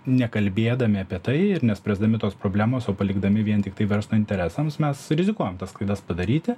nekalbėdami apie tai ir nespręsdami tos problemos o palikdami vien tiktai verslo interesams mes rizikuojam tas klaidas padaryti